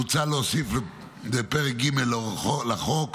מוצע להוסיף לפרק ג' לחוק,